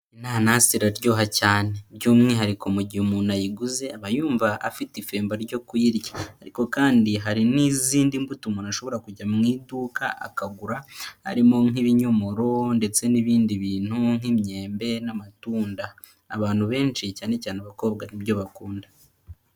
Inanasi iraryoha cyane by'umwihariko mu gihe umuntu ayiguze aba yumva afite ifemba ryo kuyirya ariko kandi hari n'izindi mbuto umuntu ashobora kujya mu iduka akagura, harimo nk'ibinyomoro ndetse n'ibindi bintu nk'imyembe n'amatunda, abantu benshi cyane cyane abakobwa nibyo bakunda.